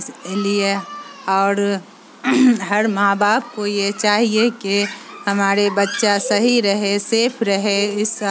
اس لیے اور ہر ماں باپ کو یہ چاہیے کہ ہمارے بچہ صحیح رہے سیف رہے اس سب